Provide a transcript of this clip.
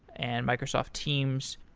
and microsoft teams.